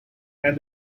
and